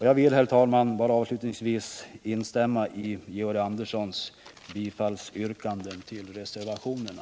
Jag vill, herr talman, bara avslutningsvis instämma i Georg Anderssons bifallsyrkanden till reservationerna.